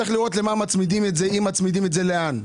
צריך לראות למה מצמידים את זה ואם מצמידים את זה אז לאן.